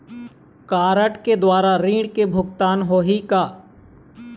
Card के द्वारा ऋण के भुगतान होही का?